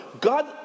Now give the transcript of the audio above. God